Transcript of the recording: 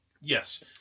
Yes